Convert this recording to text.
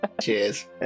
Cheers